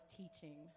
teaching